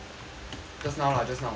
just now lah just now